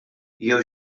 jew